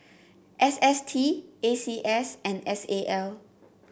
S S T A C S and S A L